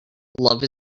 love